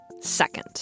second